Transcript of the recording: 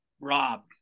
Rob